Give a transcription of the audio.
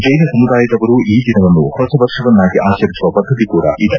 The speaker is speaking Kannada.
ಜೈನ ಸಮುದಾಯದವರು ಈ ದಿನವನ್ನು ಹೊಸ ವರ್ಷವನ್ನಾಗಿ ಆಚರಿಸುವ ಪದ್ದತಿ ಕೂಡ ಇದೆ